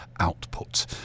output